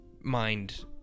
mind